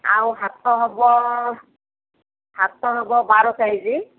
ଆଉ ହାତ ହେବ ହାତ ହେବ ବାର ସାଇଜ୍